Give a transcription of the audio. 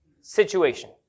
situation